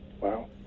Wow